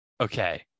Okay